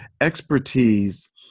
Expertise